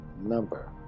number